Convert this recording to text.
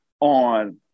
on